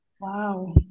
Wow